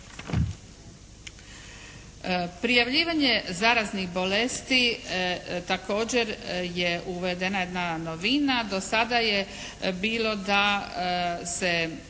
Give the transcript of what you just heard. Prijavljivanje zaraznih bolesti. Također je uvedena jedna novina.